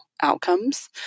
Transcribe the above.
outcomes